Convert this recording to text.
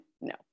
No